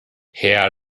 herr